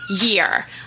year